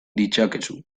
ditzakezu